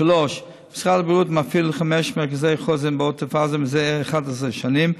משרד הבריאות מפעיל חמישה מרכזי חוסן בעוטף עזה זה 11 שנים.